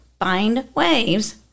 bindwaves